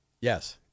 Yes